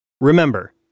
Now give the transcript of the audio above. Remember